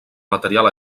material